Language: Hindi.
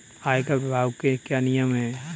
आयकर विभाग के क्या नियम हैं?